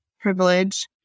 privilege